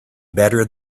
better